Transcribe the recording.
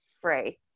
free